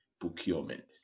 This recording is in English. procurement